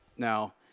Now